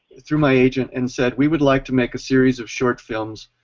through my agent and said we would like to make a series of short films,